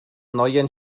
neuen